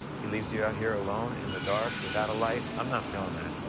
he leaves you out here alone, in the dark, without a light. i'm not feeling that.